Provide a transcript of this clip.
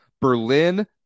Berlin